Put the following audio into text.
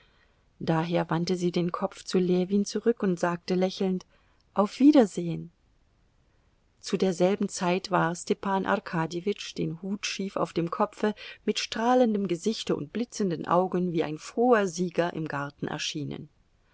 daher wandte sie den kopf zu ljewin zurück und sagte lächelnd auf wiedersehen zu derselben zeit war stepan arkadjewitsch den hut schief auf dem kopfe mit strahlendem gesichte und blitzenden augen wie ein froher sieger im garten erschienen